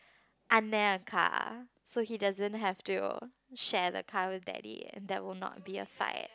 a car so he doesn't have to share the car with daddy and there will not be a fight